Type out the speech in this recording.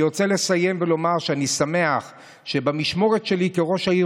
אני רוצה לסיים ולומר שאני שמח שבמשמרת שלי כראש העיר